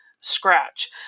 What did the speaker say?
scratch